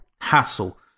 hassle